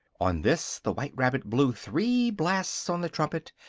on this the white rabbit blew three blasts on the trumpet,